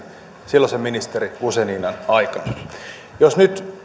silloisen ministeri guzeninan aikana jos nyt